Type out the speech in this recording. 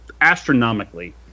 astronomically